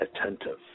attentive